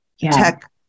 tech